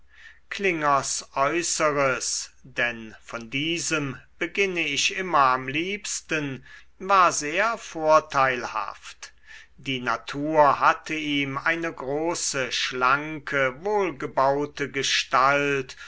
klingers äußeres denn von diesem beginne ich immer am liebsten war sehr vorteilhaft die natur hatte ihm eine große schlanke wohlgebaute gestalt